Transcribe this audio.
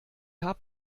hab